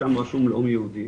ששם רשום לאום יהודי